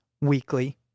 weekly